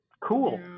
Cool